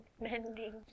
mending